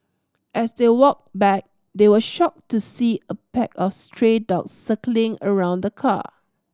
as they walked back they were shocked to see a pack of stray dogs circling around the car